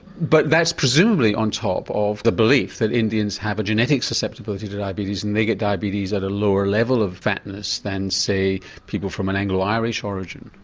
but that's presumably on top of the belief that indians have a genetic susceptibility to diabetes and they get diabetes at a lower level of fatness than say people from an anglo irish origin.